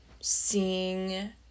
seeing